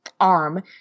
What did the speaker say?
arm